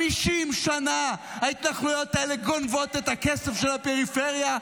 50 שנה ההתנחלויות האלה גונבות את הכסף של הפריפריה,